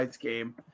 game